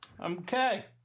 Okay